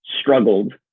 struggled